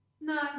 No